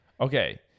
Okay